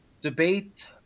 debate